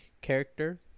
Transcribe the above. character